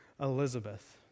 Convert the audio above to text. Elizabeth